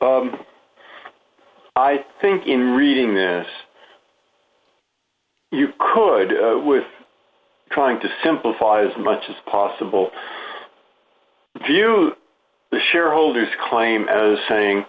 you i think in reading this you could do with trying to simplify as much as possible view the shareholders claim as saying